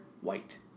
white